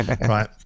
right